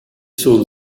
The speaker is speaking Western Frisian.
soene